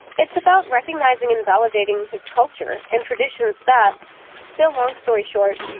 it's about recognizing and validating his culture and traditions that still, long story short,